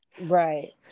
Right